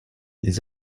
les